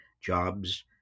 jobs